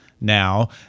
now